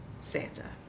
Santa